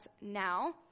now